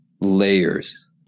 layers